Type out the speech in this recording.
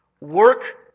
Work